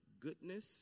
goodness